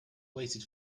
waited